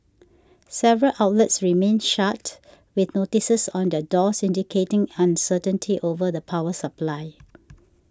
several outlets remained shut with notices on their doors indicating uncertainty over the power supply